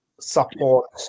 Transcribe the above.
support